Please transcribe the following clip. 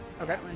Okay